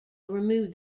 removed